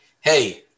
Hey